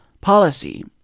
policy